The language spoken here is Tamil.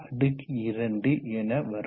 222 என வரும்